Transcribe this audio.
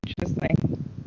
Interesting